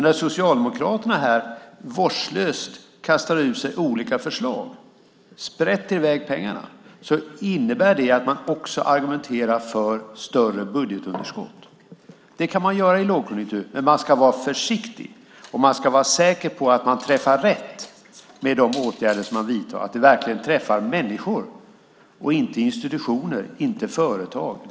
När Socialdemokraterna vårdslöst kastar ur sig olika förslag och sprätter i väg pengarna innebär det att man också argumenterar för större budgetunderskott. Det kan man göra i lågkonjunktur, men man ska vara försiktig och säker på att man träffar rätt med de åtgärder som man vidtar, att de verkligen träffar människor och inte institutioner och företag.